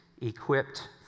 equipped